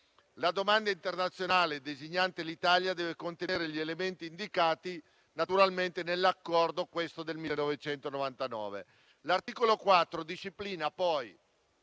La domanda internazionale designante l'Italia deve contenere gli elementi indicati nell'Accordo del 1999. L'articolo 4 disciplina poi